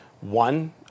one